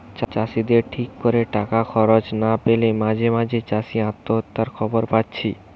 চাষিদের ঠিক কোরে টাকা খরচ না পেলে মাঝে মাঝে চাষি আত্মহত্যার খবর পাচ্ছি